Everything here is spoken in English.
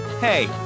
Hey